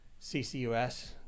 CCUS